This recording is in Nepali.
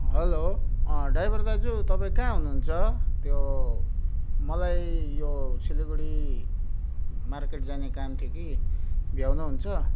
हेलो ड्राइभर दाजु तपाईँ कहाँ हुन्छ त्यो मलाई यो सिलिगुडी मार्केट जाने काम थियो कि भ्याउनु हुन्छ